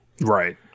Right